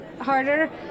harder